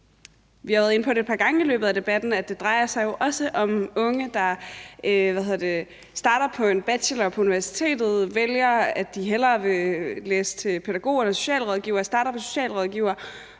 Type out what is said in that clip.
vi har været inde på et par gange i løbet af debatten, at det jo også drejer sig om unge, der starter på en bachelor på universitetet, vælger, at de hellere vil læse til pædagog eller socialrådgiver, starter på socialrådgiveruddannelsen